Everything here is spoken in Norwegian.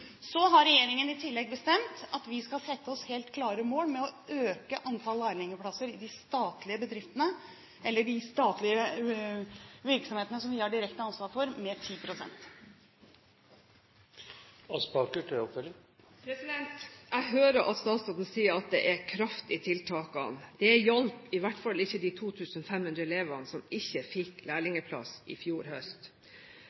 har regjeringen bestemt at vi skal sette oss helt klare mål for å øke antall lærlingplasser i de statlige virksomhetene som vi har direkte ansvar for, med 10 pst. Jeg hører at statsråden sier at det er «kraft» i tiltakene. Det hjalp i hvert fall ikke de 2 500 elevene som ikke fikk